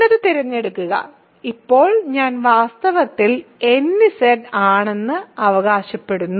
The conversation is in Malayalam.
എന്നിട്ട് തിരഞ്ഞെടുക്കുക ഇപ്പോൾ ഞാൻ വാസ്തവത്തിൽ nZ ആണെന്ന് അവകാശപ്പെടുന്നു